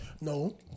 No